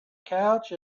couch